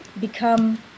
become